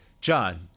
John